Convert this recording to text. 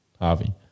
Harvey